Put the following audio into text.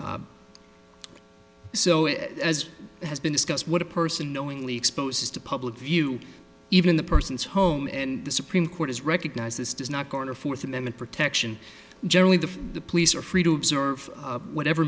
basis so it as has been discussed what a person knowingly exposed to public view even the person's home and the supreme court has recognized this does not garner fourth amendment protection generally the police are free to observe whatever